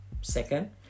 Second